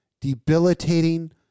debilitating